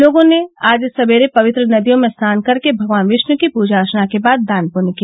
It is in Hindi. लोग आज सबेरे पवित्र नदियों में स्नान कर के भगवान विष्णु की प्रजा अर्चना के बाद दान पुण्य किया